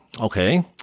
Okay